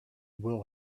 will